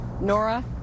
Nora